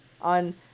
on